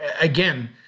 again